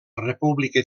república